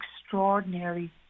extraordinary